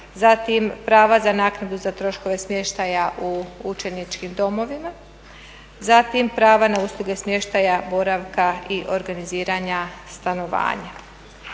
zatim prava za naknadu za troškove smještaja u učeničkim domovima, zatim prava na usluge smještaja, boravka i organiziranja stanovanja.